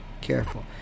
careful